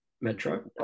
Metro